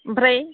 ओमफ्राय